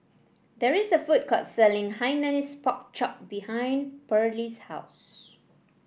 there is a food court selling Hainanese Pork Chop behind Perley's house